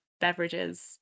beverages